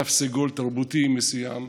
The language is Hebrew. תו סגול תרבותי מסוים.